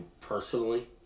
personally